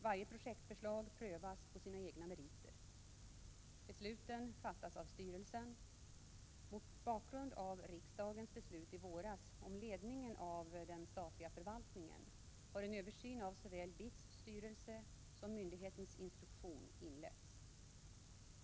Varje projektförslag prövas på sina egna meriter. Besluten fattas av styrelsen. Mot bakgrund av riksdagens beslut i våras om ledningen av den statliga förvaltningen har en översyn av såväl BITS styrelse som myndighetens instruktion inletts.